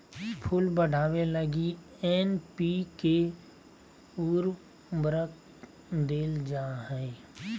फूल बढ़ावे लगी एन.पी.के उर्वरक देल जा हइ